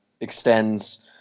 extends